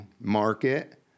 market